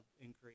increase